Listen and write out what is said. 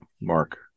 Mark